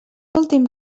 últim